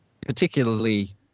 particularly